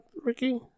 ricky